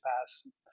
pass